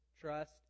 trust